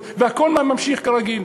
והכול ממשיך כרגיל.